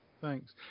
thanks